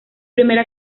primera